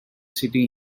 city